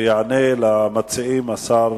ויענה למציעים השר